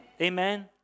Amen